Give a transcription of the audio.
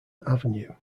avenue